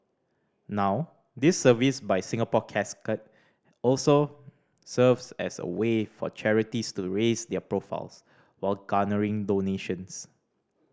now this service by Singapore Casket also serves as a way for charities to raise their profiles while garnering donations